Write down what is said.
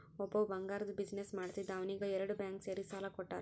ಒಬ್ಬವ್ ಬಂಗಾರ್ದು ಬಿಸಿನ್ನೆಸ್ ಮಾಡ್ತಿದ್ದ ಅವ್ನಿಗ ಎರಡು ಬ್ಯಾಂಕ್ ಸೇರಿ ಸಾಲಾ ಕೊಟ್ಟಾರ್